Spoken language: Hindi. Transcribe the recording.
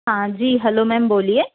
हाँ जी हेलो मैम बोलिए